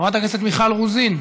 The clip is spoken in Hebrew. חברת הכנסת מיכל רוזין,